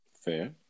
Fair